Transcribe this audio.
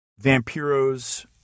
Vampiro's